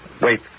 Wait